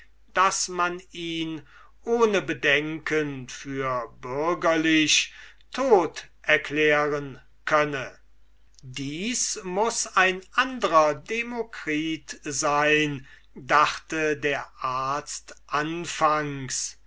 daß man ihn ohne bedenken für bürgerlich tot erklären könne dies muß ein andrer demokritus sein dachte der arzt anfangs